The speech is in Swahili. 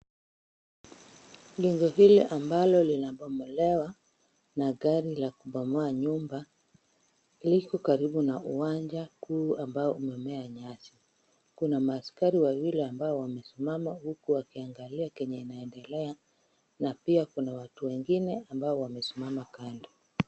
Lingo hili ambalo linabomolewa na gari la kubomoa nyumba, liko karibu na uwanja kuu ambao umemea nyasi. Kuna maaskari wawili ambao wamesimama huku wakiangalia kenye inaendelea, na pia kuna watu wengine ambao wamesimama kando.